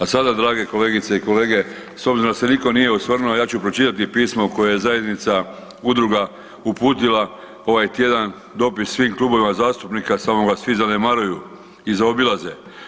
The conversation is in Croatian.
A sada drage kolegice i kolege s obzirom da se nitko nije osvrnuo ja ću pročitati pismo koje je zajednica udruga uputila ovaj tjedan dopis svim klubovima zastupnika samo ga svi zanemaruju i zaobilaze.